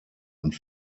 und